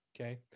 okay